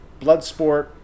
Bloodsport